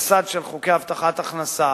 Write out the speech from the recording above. של חוקי הבטחת הכנסה